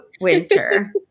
winter